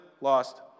lost